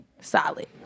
solid